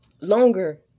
longer